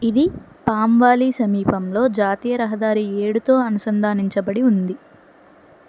ఇది Palm Valley సమీపంలో జాతీయ రహదారి ఏడుతో అనుసంధానించబడి ఉంది